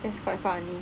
that's quite funny